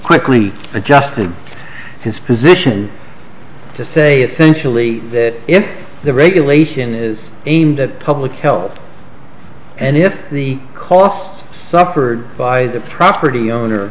quickly adjusted his position to say it thankfully that if the regulation is aimed at public health and if the costs suffered by the property owner